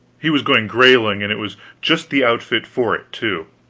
he was going grailing, and it was just the outfit for it, too.